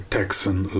Texan